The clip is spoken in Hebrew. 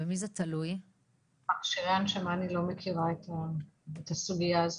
אני לא מכירה את הסוגייה של